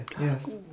Yes